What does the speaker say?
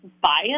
bias